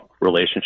relationship